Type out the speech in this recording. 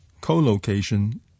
co-location